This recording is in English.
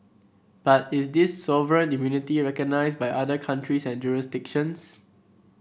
but is this sovereign immunity recognised by other countries and jurisdictions